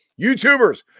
YouTubers